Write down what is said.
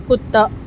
کتا